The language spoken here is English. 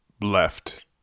left